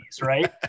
right